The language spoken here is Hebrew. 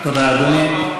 מתי אתה התפטרת מתפקיד, אדוני?